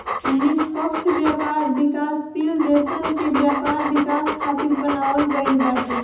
निष्पक्ष व्यापार विकासशील देसन के व्यापार विकास खातिर बनावल गईल बाटे